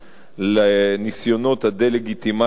לניסיונות הדה-לגיטימציה